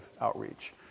outreach